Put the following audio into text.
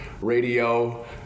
radio